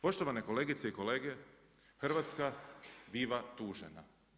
Poštovane kolegice i kolege, Hrvatska biva tužena.